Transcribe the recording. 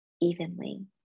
evenly